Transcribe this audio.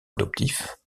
adoptif